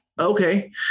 okay